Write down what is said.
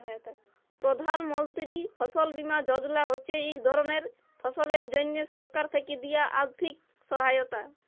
প্রধাল মলতিরি ফসল বীমা যজলা হছে ইক ধরলের ফসলের জ্যনহে সরকার থ্যাকে দিয়া আথ্থিক সহায়তা